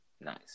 Nice